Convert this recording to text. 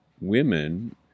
women